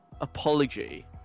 apology